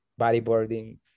bodyboarding